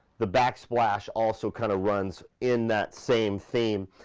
the backsplash also kind of runs in that same theme.